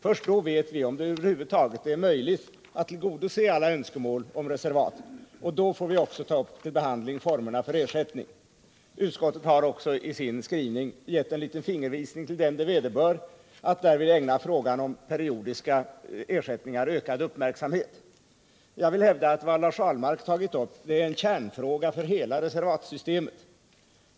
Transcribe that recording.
Först då vet vi, om det över huvud taget är möjligt att tillgodose alla önskemål om reservat, och då får vi också ta upp till behandling formerna för ersättning. Utskottet har också i sin skrivning gett en liten fingervisning till den det vederbör att därvid ägna frågan om periodiska ersättningar ökad uppmärksamhet. Jag vill hävda att vad Lars Ahlmark tagit upp är en kärnfråga för hela reservatsystemet.